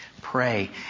Pray